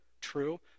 true